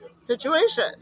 situation